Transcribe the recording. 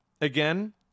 again